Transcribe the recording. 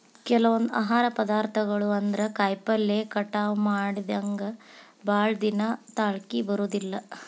ಕೆಲವೊಂದ ಆಹಾರ ಪದಾರ್ಥಗಳು ಅಂದ್ರ ಕಾಯಿಪಲ್ಲೆ ಕಟಾವ ಮಾಡಿಂದ ಭಾಳದಿನಾ ತಾಳಕಿ ಬರುದಿಲ್ಲಾ